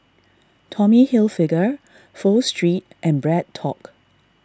Tommy Hilfiger Pho Street and BreadTalk